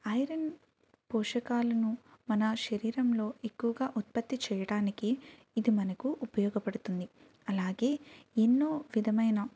iron పోషకాలను మన శరీరంలో ఎక్కువగా ఉత్పత్తి చేయడానికి ఇది మనకు ఉపయోగపడుతుంది అలాగే ఎన్నో విధమైన